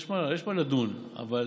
יש מה לדון, אבל